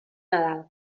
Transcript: nadal